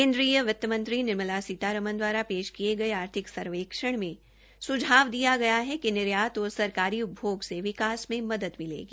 केन्द्रीय वित्त मंत्री निर्मला सीतारमण दवारा पेश किया गये आर्थिक सर्वेक्षण में सुझाव दिया गया है कि निर्यात ओर सरकारी उपभोग से विकास में मदद मिलेगी